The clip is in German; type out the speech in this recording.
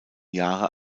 jahre